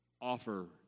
offer